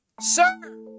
Sir